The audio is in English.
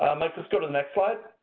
let's let's go to the next slide.